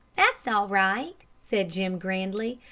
that's all right, said jim, grandly.